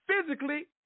physically